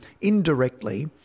indirectly